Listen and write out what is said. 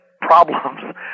problems